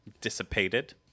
dissipated